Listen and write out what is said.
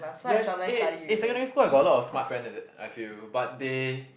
ya eh in secondary school I got a lot of smart friend I feel but they